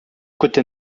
côté